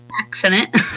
accident